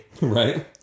Right